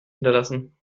hinterlassen